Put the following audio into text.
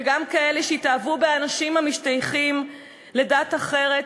וגם כאלה שהתאהבו באנשים המשתייכים לדת אחרת,